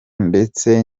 ndetse